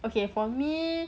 okay for me